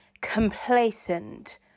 complacent